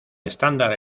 estándar